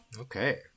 Okay